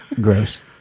Gross